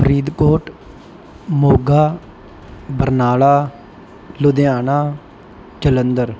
Faridkot Moga Barnala Ludhiana Jalandhar